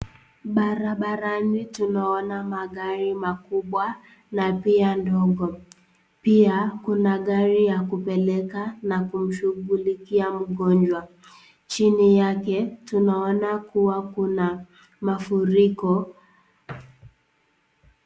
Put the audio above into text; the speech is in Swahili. Barabarani tunaona magari makubwa na pia madogo, pia kuna gari la kupeleka na kumshughulikia mgonjwa, chini yake tunaona kuwa kuna mafuriko.